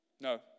No